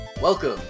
Welcome